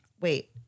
Wait